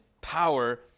power